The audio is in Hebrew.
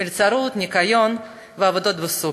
מלצרות, ניקיון ועבודות בסופר.